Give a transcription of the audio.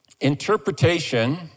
Interpretation